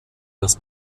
das